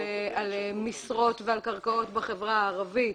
על משרותך ועל קרקעות בחברה הערבית,